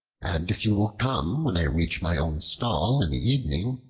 and if you will come when i reach my own stall in the evening,